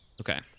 okay